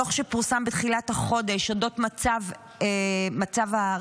דוח שפורסם בתחילת החודש על המצב הרפואי